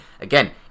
again